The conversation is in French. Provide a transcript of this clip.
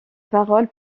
parole